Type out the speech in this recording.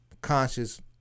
conscious